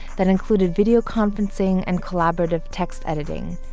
that included video conferencing and collaborative text editing.